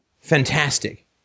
fantastic